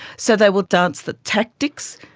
so they will dance the tactics,